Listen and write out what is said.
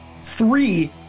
Three